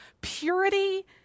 purity